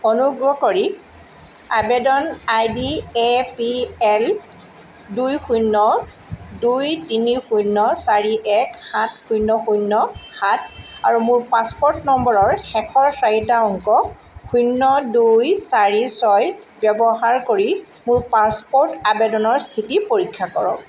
অনুগ্ৰহ কৰি আবেদন আইডি এ পি এল দুই শূণ্য দুই তিনি শূণ্য চাৰি এক সাত শূণ্য শূণ্য সাত আৰু মোৰ পাছপ'ৰ্ট নম্বৰৰ শেষৰ চাৰিটা অংক শূণ্য দুই চাৰি ছয় ব্যৱহাৰ কৰি মোৰ পাছপ'ৰ্ট আবেদনৰ স্থিতি পৰীক্ষা কৰক